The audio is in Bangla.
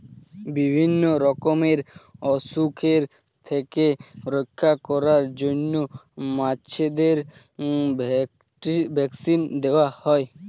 বিভিন্ন রকমের অসুখের থেকে রক্ষা করার জন্য মাছেদের ভ্যাক্সিন দেওয়া হয়